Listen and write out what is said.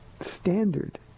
standard